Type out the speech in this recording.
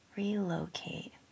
relocate